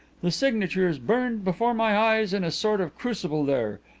the signature is burned before my eyes in a sort of crucible there,